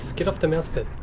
get off the mouse pad.